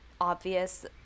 Obvious